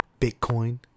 Bitcoin